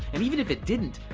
and even if it didn't,